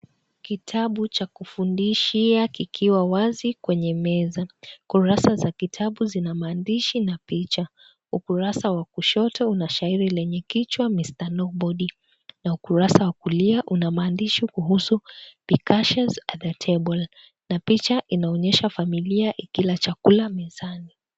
Kitabu cha kufundishia kikiwa wazi kwenye meza. Ukurasa za Kitabu zina maandishi na picha. Ukurasa wa kushoto Una shairi lenye kichwa " Mr No body na ukurasa wa kulia Una maandishi kuhusu Big ashes at the table na picha inaonyesha familia ikila chakula mezani.